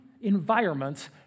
environments